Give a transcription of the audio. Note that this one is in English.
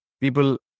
people